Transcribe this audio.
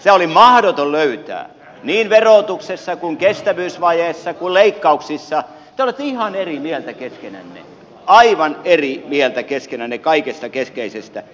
sitä oli mahdoton löytää niin verotuksessa kuin kestävyysvajeessa kuin leikkauksissa te olette ihan eri mieltä keskenänne aivan eri mieltä keskenänne kaikesta keskeisestä